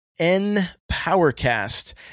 NPowerCast